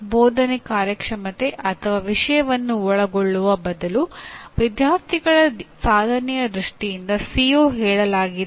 ಬೋಧನೆ ಕಾರ್ಯಕ್ಷಮತೆ ಅಥವಾ ವಿಷಯವನ್ನು ಒಳಗೊಳ್ಳುವ ಬದಲು ವಿದ್ಯಾರ್ಥಿಗಳ ಸಾಧನೆಯ ದೃಷ್ಟಿಯಿಂದ ಸಿಒ ಹೇಳಲಾಗಿದೆಯೇ